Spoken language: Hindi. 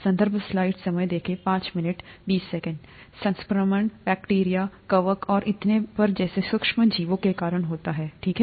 संदर्भ समय देखें 0520 संक्रमण बैक्टीरिया कवक और इतने पर जैसे सूक्ष्म जीवों के कारण होता है ठीक है